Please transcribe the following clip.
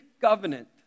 covenant